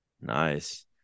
Nice